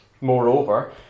Moreover